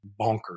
bonkers